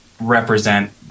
represent